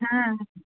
హ